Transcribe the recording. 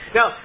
Now